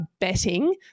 betting